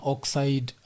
Oxide